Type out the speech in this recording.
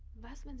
last and